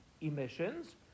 emissions